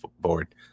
board